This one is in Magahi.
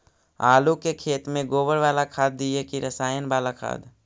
आलू के खेत में गोबर बाला खाद दियै की रसायन बाला खाद?